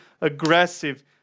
aggressive